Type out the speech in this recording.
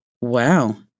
wow